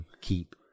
keep